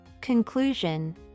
conclusion